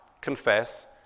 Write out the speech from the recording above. confess